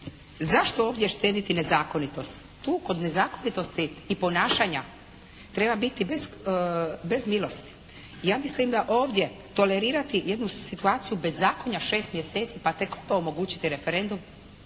zašto ovdje štediti nezakonitost. Tu kod nezakonitosti i ponašanja treba biti bez milosti. Ja mislim da ovdje tolerirati jednu situaciju bezakonja šest mjeseci pa tek to omogućiti referendum